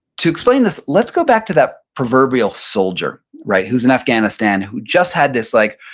to explain this, let's go back to that proverbial soldier, right? who's in afghanistan, who just had this like,